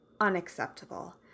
unacceptable